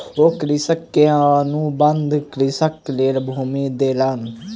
ओ कृषक के अनुबंध कृषिक लेल भूमि देलैन